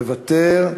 מוותר.